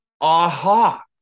aha